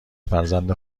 فرزند